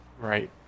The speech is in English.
Right